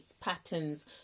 patterns